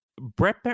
Brett